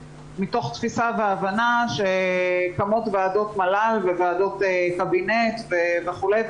מתוך תפיסה והבנה שקמות ועדות מל"ל וועדות קבינט וכולי,